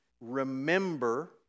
Remember